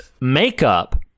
Makeup